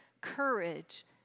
courage